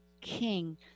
king